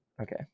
Okay